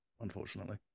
unfortunately